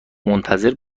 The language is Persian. منتظر